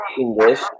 English